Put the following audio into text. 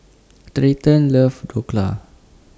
Treyton loves Dhokla